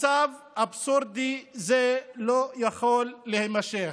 מצב אבסורדי זה לא יכול להימשך.